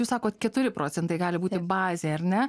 jūs sakot keturi procentai gali būti bazė ar ne